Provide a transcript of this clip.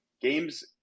games